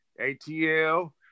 ATL